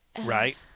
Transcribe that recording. right